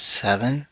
seven